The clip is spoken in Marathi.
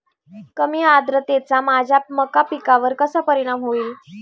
कमी आर्द्रतेचा माझ्या मका पिकावर कसा परिणाम होईल?